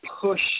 push